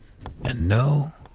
and no,